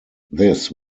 this